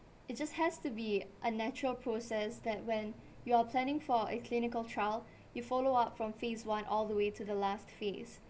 it just has to be a natural process that when you're planning for a clinical trial you follow up from phase one all the way to the last phase